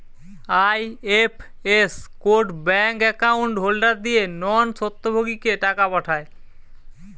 IFS code bank account holder দিয়ে non স্বত্বভোগীকে টাকা পাঠায়